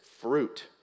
fruit